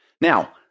Now